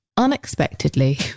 unexpectedly